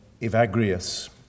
Evagrius